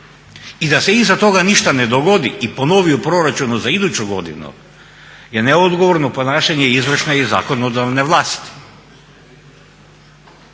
i da se iza toga ništa ne dogodi i ponovi u proračunu za iduću godinu je neodgovorno ponašanje i izvršne i zakonodavne vlasti.